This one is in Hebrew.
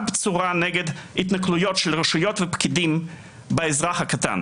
בצורה נגד התנכלויות של רשויות ופקידים באזרח הקטן